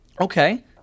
Okay